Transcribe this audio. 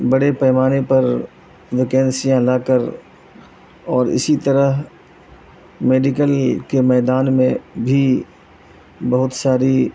بڑے پیمانے پر ویکینسیاں لا کر اور اسی طرح میڈیکل کے میدان میں بھی بہت ساری